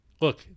look